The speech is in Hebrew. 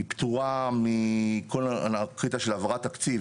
היא פטורה מכל הקטע של העברת תקציב,